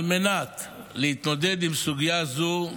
על מנת להתמודד עם סוגיה זו,